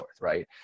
right